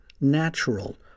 natural